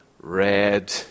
red